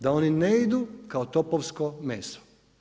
Da oni ne idu kao topovsko meso.